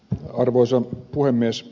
arvoisa puhemies